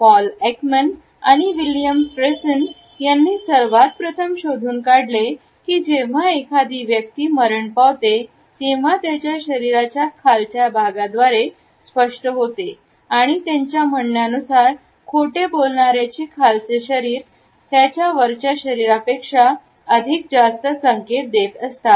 Paul Ekman आणि William Friesen यांनी सर्वात प्रथम शोधून काढले की जेव्हा एखादी व्यक्ती ती मरण पावते तेव्हा त्याच्या शरीराच्या खालच्या भागा द्वारे स्पष्ट होते आणि त्यांच्या म्हणण्यानुसार खोटे बोलणारचे खालची शरीर त्याच्यावरच्या शरीरापेक्षा अधिक संकेत देतात